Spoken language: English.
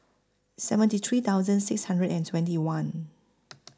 seventy three thousand six hundred and twenty one